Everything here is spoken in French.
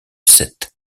sète